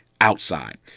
outside